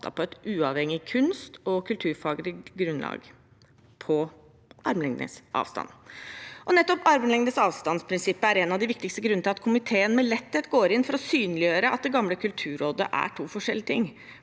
på et uavhengig kunst- og kulturfaglig grunnlag på armlengdes avstand. Nettopp armlengdes avstand-prinsippet er en av de viktigste grunnene til at komiteen med letthet går inn for å synliggjøre at det gamle Kulturrådet er to forskjellige ting,